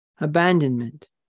Abandonment